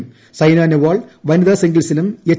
ക്ട് സൈന നെഹ്വാൾ വനിതാ സിംഗിൾസിലും എച്ച്